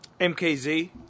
MKZ